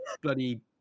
bloody